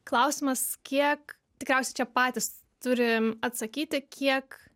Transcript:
klausimas kiek tikriausiai čia patys turim atsakyti kiek